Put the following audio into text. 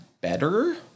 better